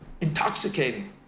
intoxicating